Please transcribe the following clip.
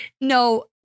No